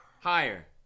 Higher